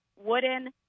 wooden